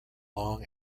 long